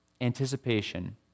anticipation